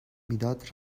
میداد